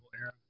era